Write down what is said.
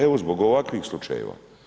Evo, zbog ovakvih slučajeva.